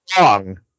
wrong